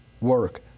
work